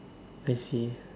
I see